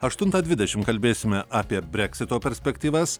aštuntą dvidešim kalbėsime apie breksito perspektyvas